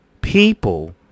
people